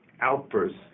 outburst